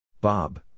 Bob